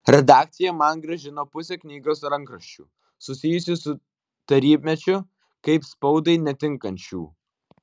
redakcija man grąžino pusę knygos rankraščių susijusių su tarybmečiu kaip spaudai netinkančių